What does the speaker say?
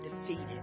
defeated